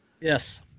yes